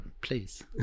please